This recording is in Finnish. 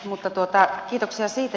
mutta kiitoksia siitä